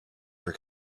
for